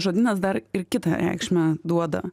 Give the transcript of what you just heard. žodynas dar ir kitą reikšmę duoda